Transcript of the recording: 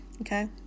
okay